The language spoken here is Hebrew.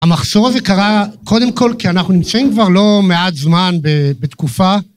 המכשול הזה קרה קודם כל כי אנחנו נמצאים כבר לא מעט זמן בתקופה.